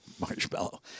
marshmallow